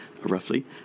roughly